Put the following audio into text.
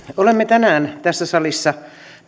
olemme tänään tässä salissa